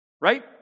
right